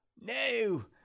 no